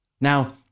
Now